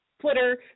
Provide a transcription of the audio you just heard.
Twitter